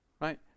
right